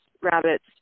rabbits